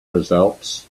results